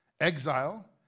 exile